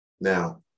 Now